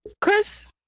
Chris